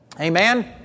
amen